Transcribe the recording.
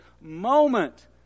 moment